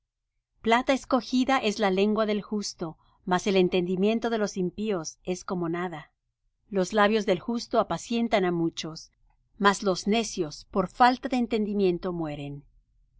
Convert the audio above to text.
plata escogida es la lengua del justo mas el entendimiento de los impíos es como nada los labios del justo apacientan á muchos mas los necios por falta de entendimiento mueren la